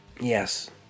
yes